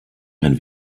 ein